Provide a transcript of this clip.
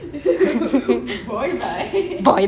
you can actually